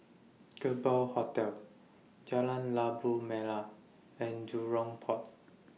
Kerbau Hotel Jalan Labu Merah and Jurong Port